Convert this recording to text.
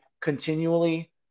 continually